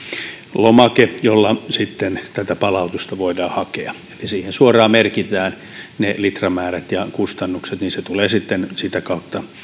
lomake jolla tätä palautusta voidaan hakea eli siihen suoraan merkitään ne litramäärät ja kustannukset niin että se tulee sitten sitä kautta